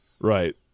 Right